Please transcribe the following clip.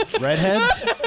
Redheads